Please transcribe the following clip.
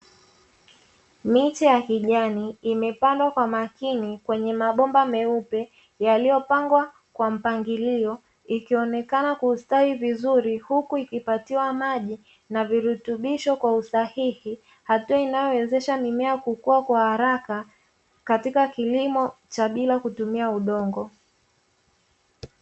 Miche ya kijani imepandwa kwa makini kwenye mabomba meupe yaliyopangwa kwa mpangilio, ikionekana kustawi vizuri huku ikipatiwa maji na virutubisho kwa usahihi, hatua inayowezesha mimea kukua kwa haraka katika kilimo cha bila kutumia udongo.